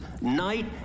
night